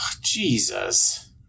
Jesus